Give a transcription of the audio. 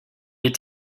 est